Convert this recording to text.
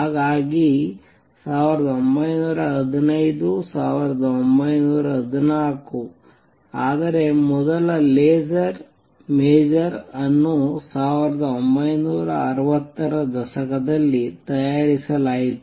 ಹಾಗಾಗಿ 1915 1914 ಆದರೆ ಮೊದಲ ಲೇಸರ್ ಮೇಜರ್ ಅನ್ನು 1960 ರ ದಶಕದಲ್ಲಿ ತಯಾರಿಸಲಾಯಿತು